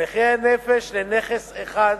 לנכה הנפש לנכס אחד,